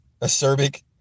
Acerbic